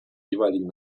jeweiligen